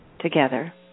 together